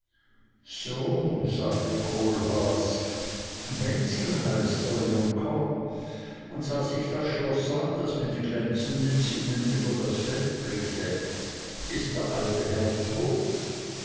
so sagte kohlhaas wenzel heißt der junker und sah sich das schloß an das mit glänzenden zinnen über das feld blickte ist der alte herr tot